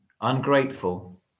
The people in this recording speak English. ungrateful